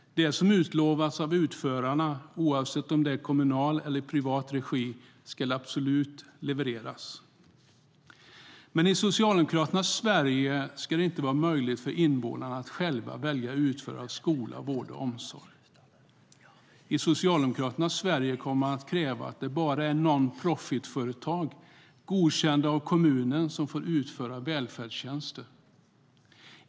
Det som utlovats av utförarna, oavsett om det är i kommunal eller i privat regi, ska absolut levereras. Men i Socialdemokraternas Sverige ska det inte vara möjligt för invånarna att själva välja utförare av skola, vård och omsorg. I Socialdemokraternas Sverige kommer man att kräva att det bara är non-profit-företag, godkända av kommunen, som får utföra välfärdstjänster.